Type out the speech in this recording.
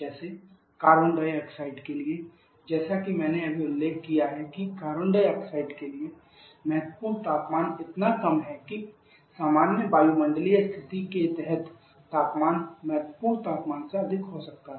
जैसे carbon dioxide के लिए जैसा कि मैंने अभी उल्लेख किया है कि कार्बन डाइऑक्साइड के लिए महत्वपूर्ण तापमान इतना कम है कि सामान्य वायुमंडलीय स्थिति के तहत तापमान महत्वपूर्ण तापमान से अधिक हो सकता है